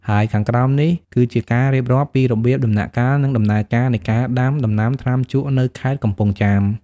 ហើយខាងក្រោមនេះគឺជាការរៀបរាប់ពីរបៀប ដំណាក់កាល និងដំណើរការនៃការដាំដំណាំថ្នាំជក់នៅខេត្តកំពង់ចាម។